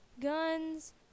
guns